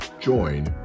join